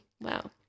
wow